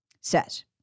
says